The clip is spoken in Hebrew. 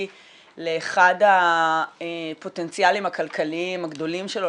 לאחד הפוטנציאלים הכלכליים הגדולים שלו,